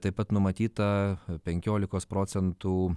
taip pat numatyta penkiolikos procentų